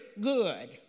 good